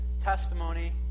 testimony